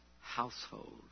household